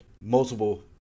multiple